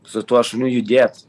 su tuo šuniu judėt